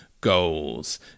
goals